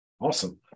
Awesome